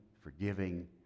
forgiving